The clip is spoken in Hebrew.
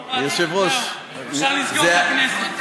זהו, אפשר לסגור את הכנסת.